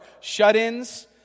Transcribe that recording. shut-ins